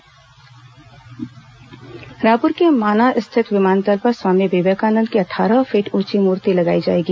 रायपुर विमानतल प्रतिमा रायपुर के माना स्थित विमानतल पर स्वामी विवेकानंद की अट्ठारह फीट ऊंची मूर्ति लगाई जाएगी